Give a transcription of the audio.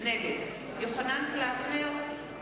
נגד יוחנן פלסנר,